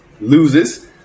loses